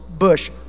bush